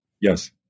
Yes